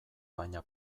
baina